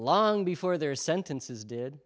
long before their sentences did